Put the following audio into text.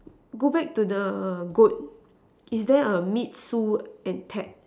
go back to the goat is there a meet sew intact